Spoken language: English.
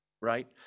right